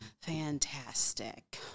fantastic